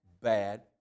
bad